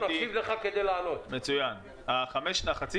בסעיף 5 המדבר על המכסות החדשות, האם כל חצי